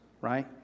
Right